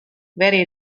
wäre